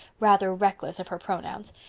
rather reckless of her pronouns.